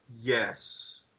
yes